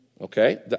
Okay